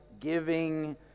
giving